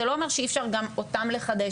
זה לא אומר שאי אפשר גם אותם לחדש